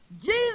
Jesus